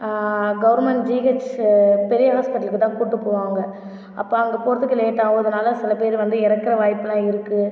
government GH பெரிய ஹாஸ்பிட்டலுக்கு தான் கூட்டிகிட்டு போவாங்க அப்போ அங்கே போகிறதுக்கு லேட் ஆகும் அதனால் சில பேரு வந்து இறக்கிற வாய்ப்புலாம் இருக்குது